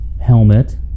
helmet